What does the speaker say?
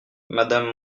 madame